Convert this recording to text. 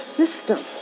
system